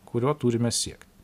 kurio turime siekt